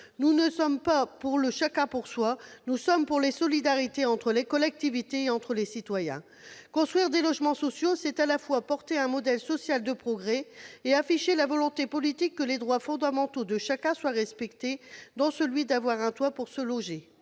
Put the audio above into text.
Nous sommes non pas pour le chacun pour soi, mais pour les solidarités entre les collectivités et entre les citoyens. Construire des logements sociaux, c'est à la fois porter un modèle social de progrès et afficher la volonté politique que soient respectés les droits fondamentaux de chacun, dont celui d'avoir un toit pour se loger.